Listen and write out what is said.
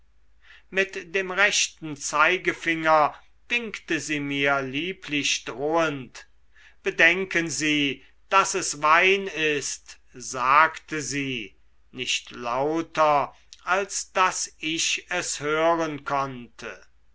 mit dem rechten zeigefinger winkte sie mir lieblich drohend bedenken sie daß es wein ist sagte sie nicht lauter als daß ich es hören konnte